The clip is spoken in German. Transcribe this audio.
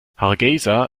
hargeysa